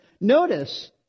Notice